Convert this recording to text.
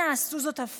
אנא! עשו הפוך,